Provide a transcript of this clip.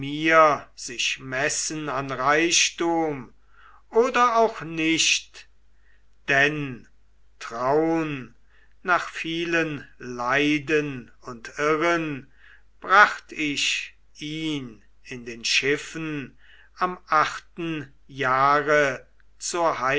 sich messen an reichtum oder auch nicht denn traun nach vielen leiden und irren bracht ich ihn in den schiffen im achten jahre